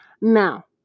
Now